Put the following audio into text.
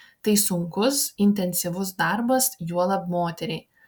tai sunkus intensyvus darbas juolab moteriai